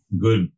good